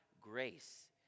grace